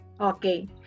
Okay